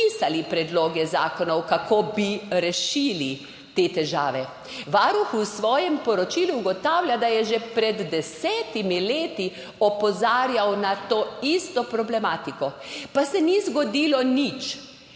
predloge zakonov, kako bi rešili te težave. Varuh v svojem poročilu ugotavlja, da je že pred 10 leti opozarjal na to isto problematiko, pa se ni zgodilo nič.